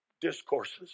discourses